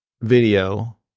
video